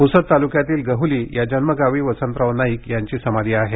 प्रसद तालुक्यातील गहुली या जन्मगावी वसंतराव नाईक यांची समाधी आहे